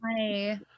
Hi